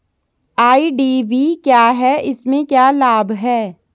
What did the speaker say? IDV क्या है इसमें क्या लाभ है?